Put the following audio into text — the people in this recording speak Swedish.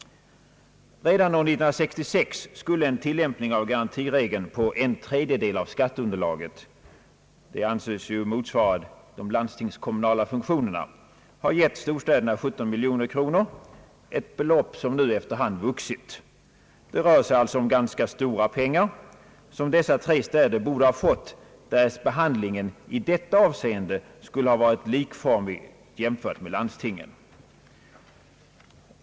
Redan år 1966 skulle en tillämpning av garantiregeln på en tredjedel av skatteunderlaget — som anses motsvara de landstingskommunala funktionerna — ha gett storstäderna 17 miljoner kronor, ett belopp som efter hand vuxit. Det rör sig alltså om ganska stora pengar som dessa tre städer borde ha fått, därest behandlingen i detta avseende skulle ha varit likformig jämfört med landstingen.